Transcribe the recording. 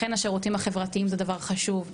לכן השירותים החברתיים הם דבר חשוב.